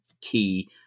key